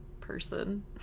person